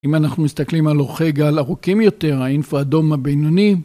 אם אנחנו מסתכלים על אורכי גל ארוכים יותר, האינפראדום הבינוני.